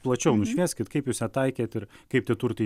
plačiau nušvieskit kaip jūs ją taikėt ir kaip tie turtai